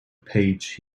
page